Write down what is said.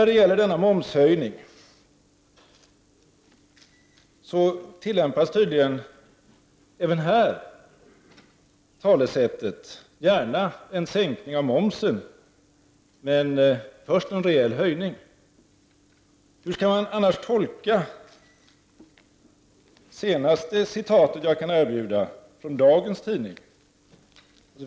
Även beträffande momshöjningen tillämpas tydligen talesättet: Gärna en sänkning av momsen, men först en rejäl höjning. Hur skall man annars tolka det senaste som jag kan erbjuda, ur dagens tidning.